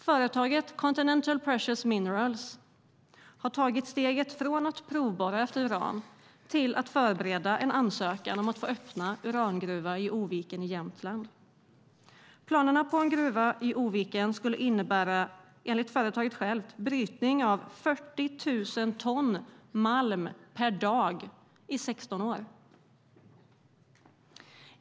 Företaget Continental Precious Minerals har tagit steget från att provborra efter uran till att förbereda en ansökan om att få öppna en urangruva i Oviken i Jämtland. Planerna på en gruva i Oviken skulle enligt företaget självt innebära brytning av 40 000 ton malm per dag i 16 år.